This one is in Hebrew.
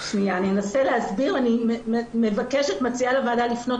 אני אנסה להסביר ואני מציעה לוועדה לפנות